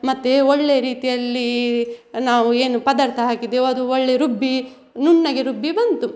ಮತ್ತು ಒಳ್ಳೆ ರೀತಿಯಲ್ಲಿ ನಾವು ಏನು ಪದಾರ್ಥ ಹಾಕಿದೆವು ಅದು ಒಳ್ಳೆ ರುಬ್ಬಿ ನುಣ್ಣಗೆ ರುಬ್ಬಿ ಬಂತು